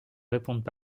répondent